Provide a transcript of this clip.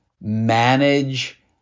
manage